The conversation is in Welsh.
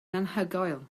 anhygoel